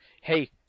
Hey